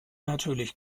natürlich